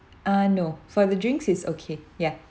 uh no for the drinks is okay ya